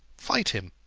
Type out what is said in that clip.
fight him!